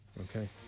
Okay